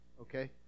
okay